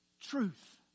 truth